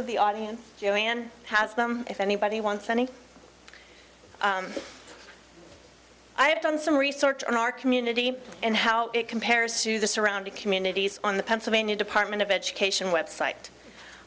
of the audience has them if anybody wants any i have done some research on our community and how it compares to the surrounding communities on the pennsylvania department of education website